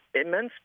immense